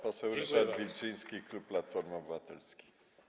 Pan poseł Ryszard Wilczyński, klub Platformy Obywatelskiej.